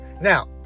Now